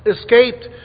Escaped